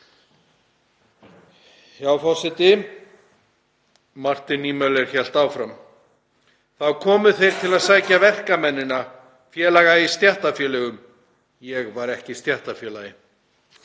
Forseti. Martin Niemöller hélt áfram: „Þá komu þeir til að sækja verkamennina, félaga í stéttarfélögum. Ég var ekki í stéttarfélagi.“